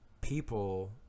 people